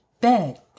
bed